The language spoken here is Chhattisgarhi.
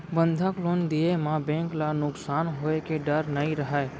बंधक लोन दिये म बेंक ल नुकसान होए के डर नई रहय